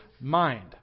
mind